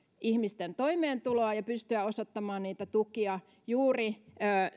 ihmisten toimeentuloa ja pystyä osoittamaan niitä tukia juuri